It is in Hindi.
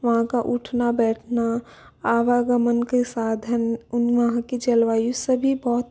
वहाँ का उठना बैठना आवागमन के साधन उन वहाँ की जलवायु सभी बहुत